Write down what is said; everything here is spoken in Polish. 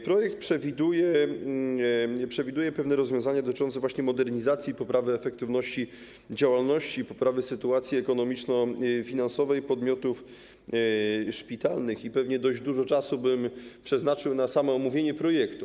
Projekt przewiduje pewne rozwiązania dotyczące właśnie modernizacji i poprawy efektywności działalności, poprawy sytuacji ekonomiczno-finansowej podmiotów szpitalnych i pewnie dość dużo czasu bym przeznaczył na samo omówienie projektu.